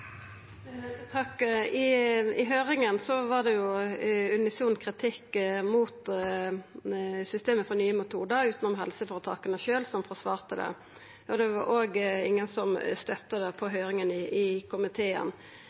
I høyringa var det unison kritikk av systemet for nye metodar, utanom frå helseføretaka sjølve, som forsvarte det. Det var heller ingen som støtta det på høyringa i komiteen.